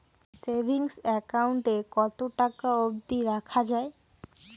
Savings account এ কতো টাকা অব্দি রাখা যায়?